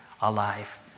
alive